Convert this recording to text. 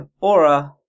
aura